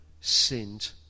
sinned